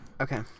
okay